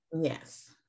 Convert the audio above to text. yes